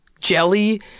jelly